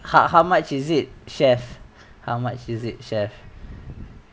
ho~ how much is it chef how much is it chef